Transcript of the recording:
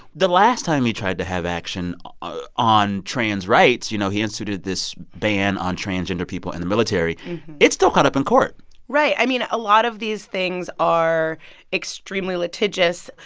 the last time he tried to have action ah on trans rights you know, he instituted this ban on transgender people in the military it's still caught up in court right. i mean, a lot of these things are extremely litigious.